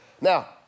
Now